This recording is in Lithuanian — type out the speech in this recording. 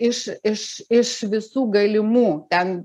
iš iš iš visų galimų ten